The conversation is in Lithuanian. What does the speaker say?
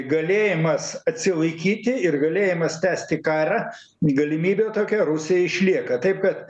galėjimas atsilaikyti ir galėjimas tęsti karą galimybė tokia rusijai išlieka taip kad